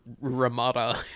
Ramada